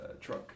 truck